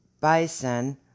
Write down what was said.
bison